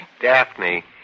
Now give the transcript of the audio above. Daphne